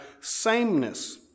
sameness